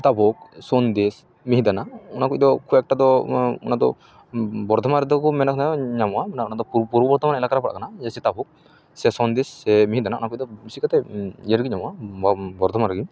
ᱡᱮᱢᱚᱱ ᱥᱤᱛᱟᱵᱷᱳᱜᱽ ᱥᱚᱱᱫᱮᱥ ᱢᱤᱦᱤᱫᱟᱱᱟ ᱚᱱᱟᱠᱚᱫᱚ ᱠᱷᱩᱵᱽ ᱮᱠᱴᱟ ᱫᱚ ᱵᱚᱨᱫᱷᱚᱢᱟᱱ ᱨᱮᱫᱚ ᱠᱚ ᱢᱮᱱᱟ ᱧᱟᱢᱚᱜᱼᱟ ᱚᱱᱟᱫᱚ ᱯᱩᱨᱵᱚ ᱵᱚᱨᱫᱷᱚᱢᱟᱱ ᱮᱞᱟᱠᱟᱨᱮ ᱯᱟᱲᱟ ᱠᱟᱱᱟ ᱡᱮ ᱥᱤᱛᱟ ᱵᱷᱳᱜᱽ ᱥᱮ ᱥᱚᱱᱫᱮᱥ ᱥᱮ ᱢᱤᱦᱤᱫᱟᱱᱟ ᱚᱱᱟ ᱠᱚᱫᱚ ᱵᱮᱥᱤ ᱠᱟᱛᱮ ᱤᱭᱟᱹ ᱨᱮᱜᱮ ᱧᱟᱢᱚᱜᱼᱟ ᱵᱚᱨᱫᱷᱚᱢᱟᱱ ᱨᱮᱜᱮ